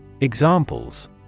Examples